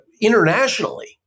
internationally